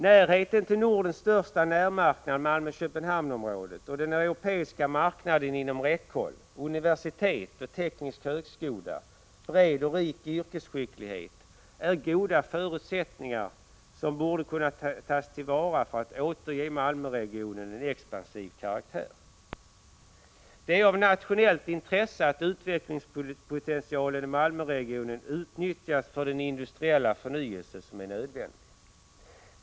Närheten till Nordens största marknad -— Malmö-Köpenhamns-området — och den europeiska marknaden inom räckhåll, universitetet och teknisk högskola samt en bred och rik yrkesskicklighet, är goda förutsättningar som borde kunna tas till vara för att återge Malmöregionen en expansiv karaktär. Det är av nationellt intresse att utvecklingspotentialen i Malmöregionen utnyttjas för den industriella förnyelse som är nödvändig.